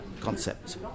concept